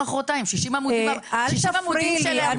--- 60 עמודים של חוק.